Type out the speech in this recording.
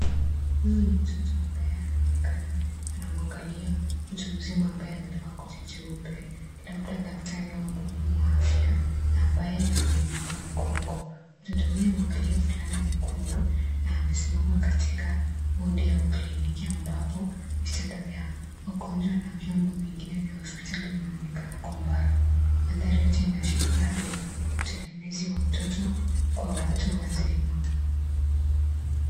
Huyu ni mtoto ambaye anaonekana anamwangalia mtu mzima ambaye amevaa koti jeupe, labda daktari au mhudumu wa afya na ambaye amempa mgongo. Mtoto huyu amevalia fulani nyekundu na amesimama katika wodi au kliniki ambapo vitanda vya wagonjwa na vyombo vingine vya hospitali vinaonekana kwa mbali. Mandhari yote inaashiria hali ya utegemezi wa mtoto kwa watu wazima.